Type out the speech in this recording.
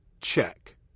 Check